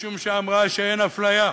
משום שהן אמרו שאין אפליה.